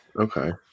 Okay